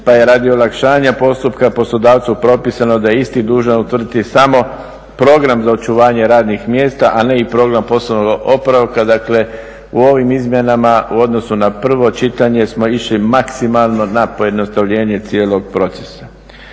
pa je radi olakšanja postupka poslodavcu propisano da je isti dužan utvrditi samo program za očuvanje radnih mjesta, a ne i program poslovnog oporavka. Dakle, u ovim izmjenama u odnosu na prvo čitanje smo išli maksimalno na pojednostavljenje cijelog procesa.